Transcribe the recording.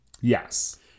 Yes